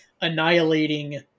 annihilating